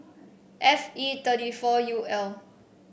F E thirty four U L